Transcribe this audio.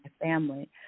family